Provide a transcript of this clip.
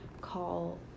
call